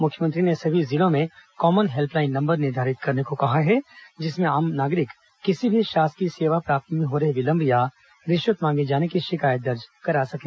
मुख्यमंत्री ने सभी जिलों में कॉमन हेल्पलाइन नंबर निर्धारित करने को कहा है जिसमें आम नागरिक किसी भी शासकीय सेवा प्राप्ति में हो रहे विलंब अथवा रिश्वत मांगे जाने की शिकायत दर्ज करा सकें